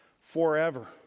forever